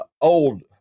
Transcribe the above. old